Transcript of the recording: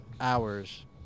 hours